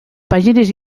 pàgines